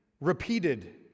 repeated